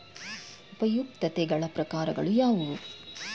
ಉಪಯುಕ್ತತೆಗಳ ಪ್ರಕಾರಗಳು ಯಾವುವು?